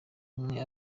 umwe